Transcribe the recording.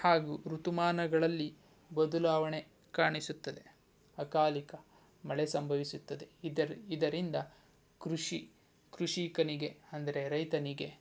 ಹಾಗೂ ಋತುಮಾನಗಳಲ್ಲಿ ಬದಲಾವಣೆ ಕಾಣಿಸುತ್ತದೆ ಅಕಾಲಿಕ ಮಳೆ ಸಂಭವಿಸುತ್ತದೆ ಇದರ್ ಇದರಿಂದ ಕೃಷಿ ಕೃಷಿಕನಿಗೆ ಅಂದರೆ ರೈತನಿಗೆ